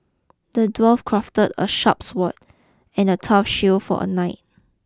the dwarf crafted a sharp sword and a tough shield for a knight